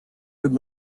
could